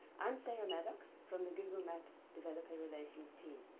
i'm sarah maddox from the google maps developer relations team.